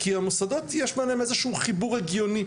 כי המוסדות יש ביניהם איזה חיבור הגיוני.